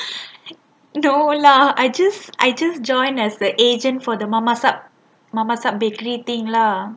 no lah I just I just joined as the agent for the mamasab mamasab bakery thing lah